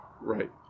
Right